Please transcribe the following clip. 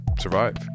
survive